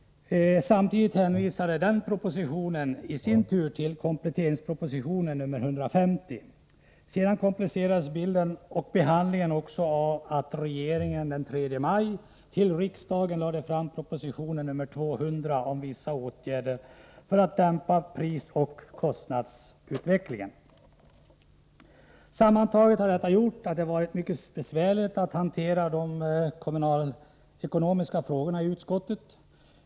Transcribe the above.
Samtidigt hänvisade den propositionen i sin tur till kompletteringspropositionen, nr 150. Sedan komplicerades bilden och behandlingen också av att regeringen den 3 maj till riksdagen lade fram proposition nr 200 om vissa åtgärder för att dämpa prisoch kostnadsutvecklingen. Sammantaget har detta gjort att det varit mycket besvärligt att hantera de kommunalekonomiska frågorna i finansutskottet.